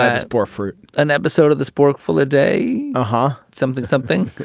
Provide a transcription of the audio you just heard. ah for for an episode of the sporkful a day um ah something something